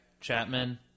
Chapman